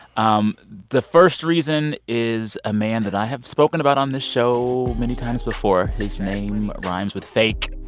um the first reason is a man that i have spoken about on this show many times before. his name rhymes with fake